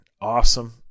awesome